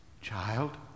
Child